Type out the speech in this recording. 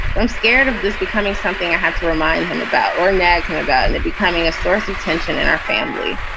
i'm scared of this becoming something i had to remind him about or nag him about. and it becoming a source of tension in our family.